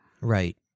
right